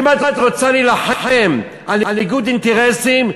אם את רוצה להילחם על ניגוד אינטרסים,